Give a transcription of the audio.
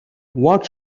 what